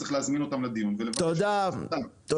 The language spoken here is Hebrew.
צריך להזמין אותו לדיון ולבקש מהן --- תודה רבה.